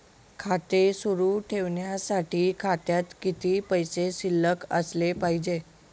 खाते सुरु ठेवण्यासाठी खात्यात किती पैसे शिल्लक असले पाहिजे?